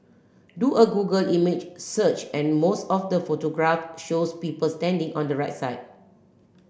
do a Google image search and most of the photograph shows people standing on the right side